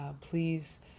please